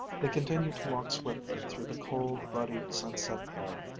they continued to walk swiftly through the cold, ruddy, sunset air,